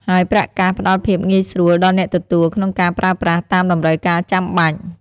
ហើយប្រាក់កាសផ្តល់ភាពងាយស្រួលដល់អ្នកទទួលក្នុងការប្រើប្រាស់តាមតម្រូវការចាំបាច់។